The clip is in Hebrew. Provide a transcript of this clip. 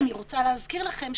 אני רוצה להזכיר לכם,